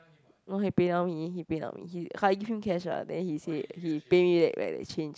no he PayNow me he PayNow me he I give him cash ah then he say he pay me back like the change